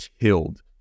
killed